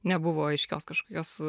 nebuvo aiškios kažkokios